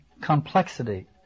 complexity